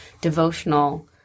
devotional